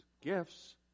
gifts